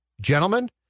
gentlemen